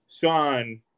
Sean